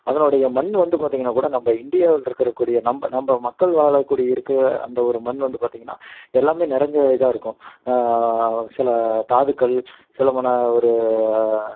அதனுடைய மண் வந்து பார்த்திங்கன்னா கூட நம்ம இண்டியாவில் இருக்கிறக்கூடிய நம்ம நம்ம மக்கள் வாழக்கூடிய இருக்கிற அந்த ஒரு மண் வந்து பார்த்திங்கன்னா எல்லாமே நிறைஞ்ச இதாக இருக்கும் சில தாதுக்கள் சொல்லப்போனால் ஒரு